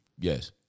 Yes